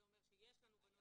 זה אומר שיש לנו בנות